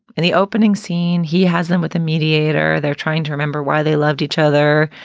and the opening scene, he has them with a mediator. they're trying to remember why they loved each other.